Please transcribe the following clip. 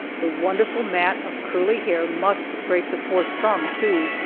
the wonderful mat of curly hair must break the force some, too.